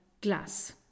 glass